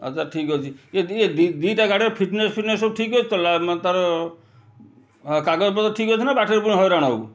ଆଚ୍ଛା ଠିକ୍ ଅଛି ଏ ଦୁଇଟା ଗାଡ଼ିର ଫିଟ୍ନେସ୍ ଫିଟ୍ନେସ୍ ସବୁ ଠିକ୍ ଅଛି ତ ତା'ର କାଗଜ ପତ୍ର ଠିକ୍ ଅଛି ନା ବାଟରେ ପୁଣି ହଇରାଣ ହବୁ